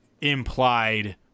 implied